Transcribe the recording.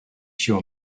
show